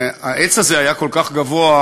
העץ הזה היה כל כך גבוה,